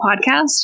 Podcast